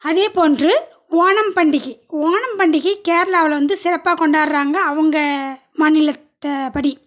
அதே போன்று ஓணம் பண்டிகை ஓணம் பண்டிகை கேரளாவில் வந்து சிறப்பாக கொண்டாடுகிறாங்க அவங்க மாநிலத்த படி